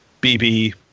BB